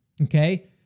okay